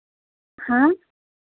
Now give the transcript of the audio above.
हाँ